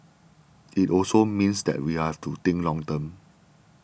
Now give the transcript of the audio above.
it also means that we have to think long term